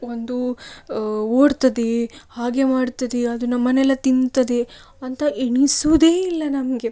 ಒಂದು ಓಡ್ತದೆ ಹಾಗೆ ಮಾಡ್ತದೆ ಅದು ನಮ್ಮನ್ನೆಲ್ಲ ತಿಂತದೆ ಅಂತ ಎಣಿಸುವುದೇ ಇಲ್ಲ ನಮಗೆ